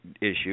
issue